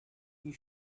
you